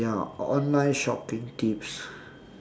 ya online shopping tips